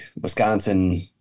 Wisconsin